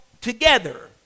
together